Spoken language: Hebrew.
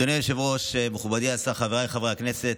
אדוני היושב-ראש, מכובדי השר, חבריי חברי הכנסת,